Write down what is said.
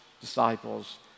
disciples